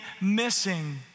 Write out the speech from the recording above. missing